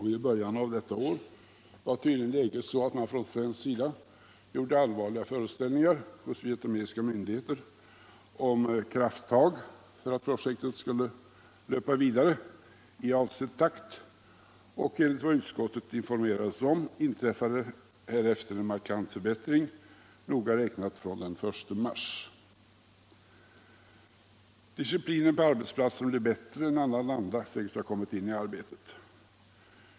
I början av detta år var läget tydligen sådant att man från svensk sida gjorde allvarliga föreställningar hos vietnamesiska myndigheter om krafttag för Internationellt utvecklingssamar in Onsdagen den informerats om inträffade härefter en markant förbättring, noga räknat - 19 maj 1976 från den 1 mars. Disciplinen på arbetsplatsen blev bättre, en annan anda Oo sägs ha kommit in i arbetet.